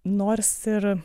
nors ir